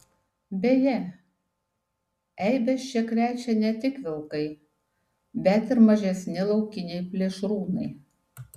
beje eibes čia krečia ne tik vilkai bet ir mažesni laukiniai plėšrūnai